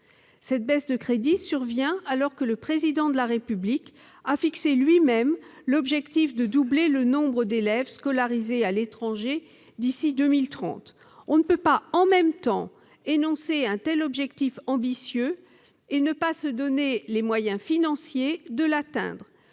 Cette baisse de crédits survient alors que le Président de la République a fixé lui-même l'objectif de doubler le nombre d'élèves scolarisés à l'étranger d'ici à 2030. On ne peut énoncer un tel objectif ambitieux et, en même temps, ne pas se donner les moyens financiers de l'atteindre,